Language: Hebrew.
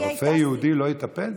שרופא יהודי לא יטפל?